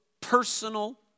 personal